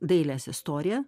dailės istoriją